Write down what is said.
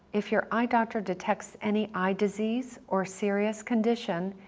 if your eye doctor detects any eye disease or serious condition,